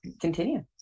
continue